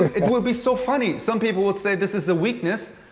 it will be so funny. some people will say this is a weakness,